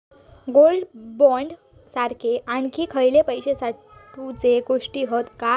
Gold bond सारखे आणखी खयले पैशे साठवूचे गोष्टी हत काय?